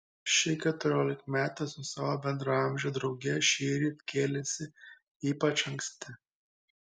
ši keturiolikmetė su savo bendraamže drauge šįryt kėlėsi ypač anksti